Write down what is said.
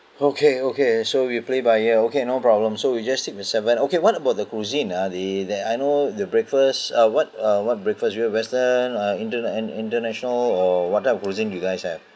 okay okay so we play by ear okay no problem so we just stick the seven okay what about the cuisine uh the that I know the breakfast uh what uh what breakfast you've western uh inter~ int~ international or what type of cuisine you guys have